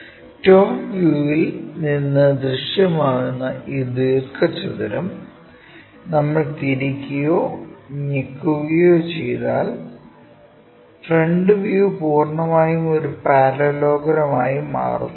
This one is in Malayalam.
ടോപ് വ്യൂവിൽ നിന്ന് ദൃശ്യമാകുന്ന ഈ ദീർഘചതുരം നമ്മൾ തിരിക്കുകയോ ഞെക്കുകയോ ചെയ്താൽ ഫ്രണ്ട് വ്യൂ പൂർണ്ണമായും ഒരു പാരല്ലെലോഗ്രാം ആയിട്ടു മാറുന്നു